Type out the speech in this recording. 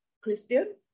Christian